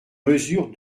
mesure